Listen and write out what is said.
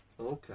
Okay